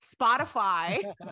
Spotify